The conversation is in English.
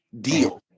deal